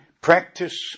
practice